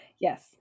Yes